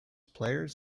players